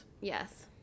yes